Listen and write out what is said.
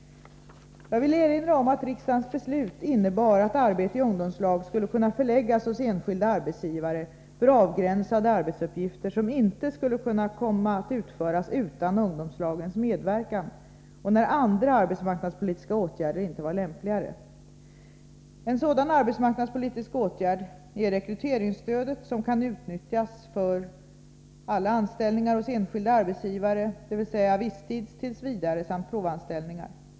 Jag vill erinra om att riksdagens beslut innebar att arbete i ungdomslag skulle kunna förläggas hos enskilda arbetsgivare för avgränsade arbetsuppgifter som inte skulle komma att utföras utan ungdomslagens medverkan när andra arbetsmarknadspolitiska åtgärder inte är lämpligare. En sådan arbetsmarknadspolitisk åtgärd är rekryteringsstödet som kan utnyttjas för alla anställningar hos enskilda arbetsgivare, dvs. visstids-, tillsvidaresamt provanställningar.